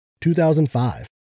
2005